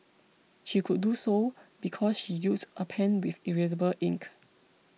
she could do so because she used a pen with erasable ink